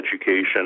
education